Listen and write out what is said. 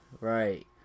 Right